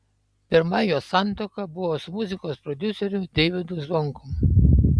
pirma jos santuoka buvo su muzikos prodiuseriu deivydu zvonkum